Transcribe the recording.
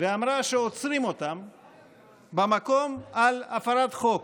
ואמרה שעוצרים אותם במקום על הפרת חוק.